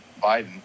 Biden